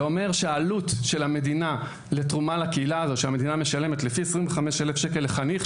זה אומר שהעלות של המדינה עבור התרומה הזו לקהילה לפי 25,000 ₪ לחניך,